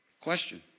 Question